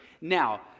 Now